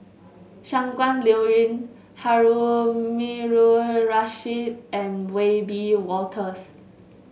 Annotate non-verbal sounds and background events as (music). Shangguan Liuyun Harun (unintelligible) and Wiebe Wolters